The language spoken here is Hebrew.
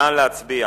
נא להצביע.